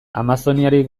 amazoniarik